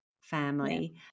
family